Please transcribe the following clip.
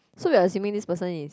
so we are assuming this person is